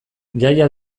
jaia